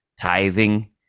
tithing